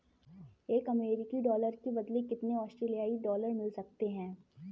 एक अमेरिकी डॉलर के बदले कितने ऑस्ट्रेलियाई डॉलर मिल सकते हैं?